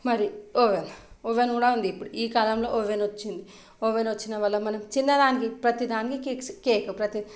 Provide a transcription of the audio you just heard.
మరి oven oven కూడా ఉంది ఇప్పుడు ఈ కాలంలో ఓవెన్ వచ్చింది ఓవెన్ వచ్చిన వల్ల మనం చిన్న దానికి ప్రతీ దానికి కేక్స్ కేక్ ప్రతీ